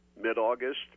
mid-August